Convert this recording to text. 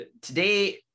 today